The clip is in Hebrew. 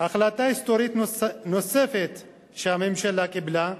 החלטה היסטורית נוספת שהממשלה קיבלה,